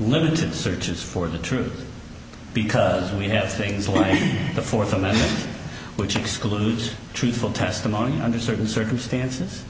limited searches for the truth because we have things like the fourth amendment which excludes truthful testimony under certain circumstances